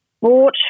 bought